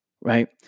right